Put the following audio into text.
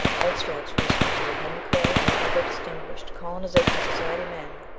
extracts from the speeches of henry clay, and other distinguished colonization society men,